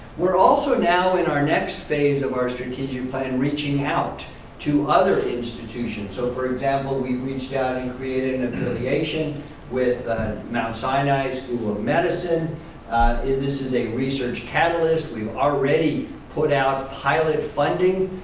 we're also now in our next phase of our strategic plan, reaching out to other institutions. so, for example, we reached out and created an affiliation with mt. sinai school of medicine and this is a research catalyst. we've already put out pilot funding.